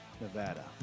Nevada